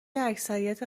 اکثریت